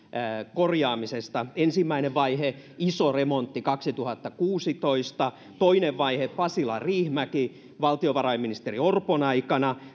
korjaamisesta ensimmäinen vaihe iso remontti kaksituhattakuusitoista toinen vaihe pasila riihimäki tehty kolmioraidetta valtiovarainministeri orpon aikana